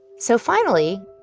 so finally,